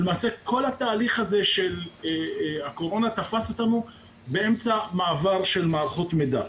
כל תהליך הקורונה תפס אותנו באמצע מעבר של מערכות מידע.